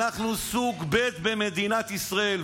אנחנו בכלל סוג ב' במדינת ישראל.